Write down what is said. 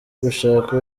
gushaka